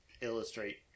illustrate